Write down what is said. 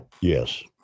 Yes